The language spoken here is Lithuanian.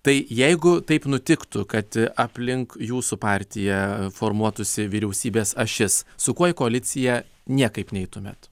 tai jeigu taip nutiktų kad aplink jūsų partija formuotųsi vyriausybės ašis su kuo į koaliciją niekaip neitumėt